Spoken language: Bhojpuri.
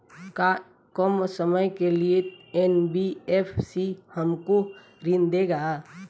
का कम समय के लिए एन.बी.एफ.सी हमको ऋण देगा?